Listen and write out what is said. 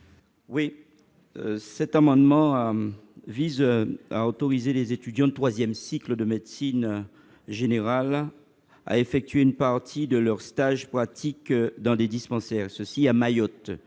Cet amendement vise à autoriser, à Mayotte, les étudiants de troisième cycle de médecine générale à effectuer une partie de leurs stages pratiques dans des dispensaires. Mayotte